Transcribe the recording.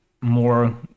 more